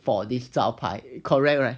for this 招牌 correct right